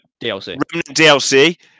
DLC